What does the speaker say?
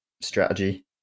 strategy